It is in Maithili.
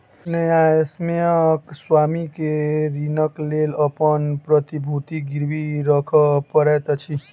न्यायसम्यक स्वामी के ऋणक लेल अपन प्रतिभूति गिरवी राखअ पड़ैत अछि